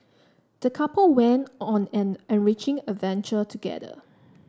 the couple went on an enriching adventure together